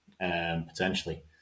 potentially